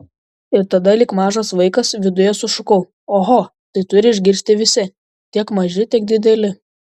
ir tada lyg mažas vaikas viduje sušukau oho tai turi išgirsti visi tiek maži tiek dideli